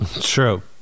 True